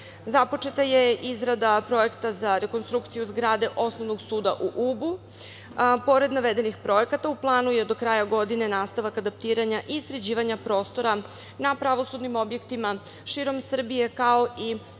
organa. Započeta je izrada projekta za rekonstrukciju zgrade Osnovnog suda u Ubu. Pored navedenih projekata, u planu je do kraja godine nastavak adaptiranja i sređivanja prostora na pravosudnim objektima širom Srbije, kao i